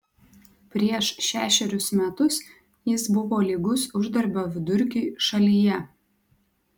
prieš šešerius metus jis buvo lygus uždarbio vidurkiui šalyje